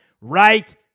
right